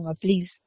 please